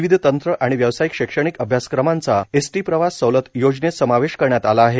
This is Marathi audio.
विविध तंत्र आणि व्यावसायिक शैक्षणिक अभ्यासक्रमांचा एसटी प्रवास सवलत योजनेत समावेश करण्यात आला आहे